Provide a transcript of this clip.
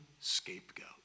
scapegoat